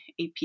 AP